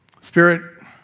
Spirit